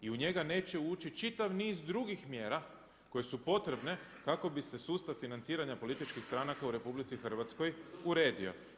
I u njega neće uči čitav niz drugih mjera koje su potrebne kako bi se sustav financiranja političkih stranaka u RH uredio.